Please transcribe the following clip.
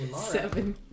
Seven